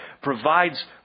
provides